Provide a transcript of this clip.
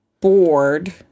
bored